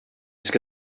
ska